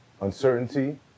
uncertainty